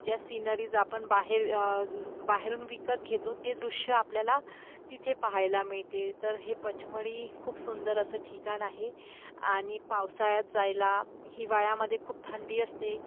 ज्या सीनरीज आपण बाहेर बाहेरून विकत घेतो ते दृश्य आपल्याला तिथे पाहायला मिळते तर हे पचमडी खूप सुंदर असं ठिकाण आहे आणि पावसाळ्यात जायला हिवाळ्यामध्ये खूप थंडी असते